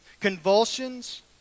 convulsions